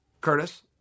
Curtis